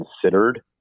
considered